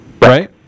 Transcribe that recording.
right